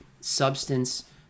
substance